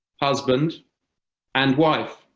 husbands and wife.